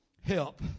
help